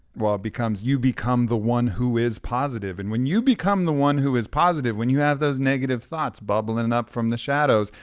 well, you become the one who is positive. and when you become the one who is positive, when you have those negative thoughts bubbling and up from the shadows,